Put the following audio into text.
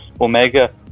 Omega